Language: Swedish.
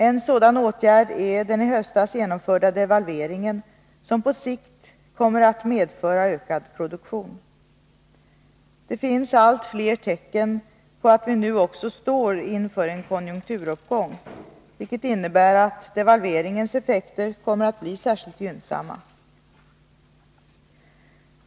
En sådan åtgärd är den i höstas genomförda devalveringen, som på sikt kommer att medföra ökad produktion. Det finns allt fler tecken på att vi nu också står inför en konjunkturuppgång, vilket innebär att devalveringens effekter kommer att bli särskilt gynnsamma.